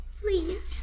please